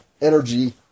energy